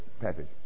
passage